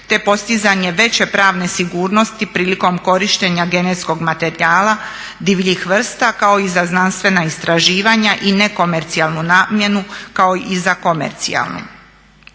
te postizanje veće pravne sigurnosti prilikom korištenja genetskog materijala divljih vrsta, kao i za znanstvena istraživanja i nekomercijalnu namjenu, kao i za komercijalnu.